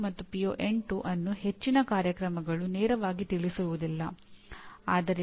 ನೀವು ಎಷ್ಟರ ಮಟ್ಟಿಗೆ ಪ್ರದರ್ಶನ ನೀಡಿದ್ದೀರಿ